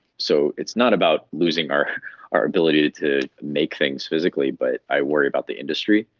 so it's not about losing our our ability to make things physically but i worry about the industry.